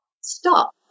stop